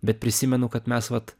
bet prisimenu kad mes vat